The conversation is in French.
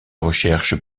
recherches